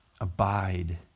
abide